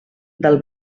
del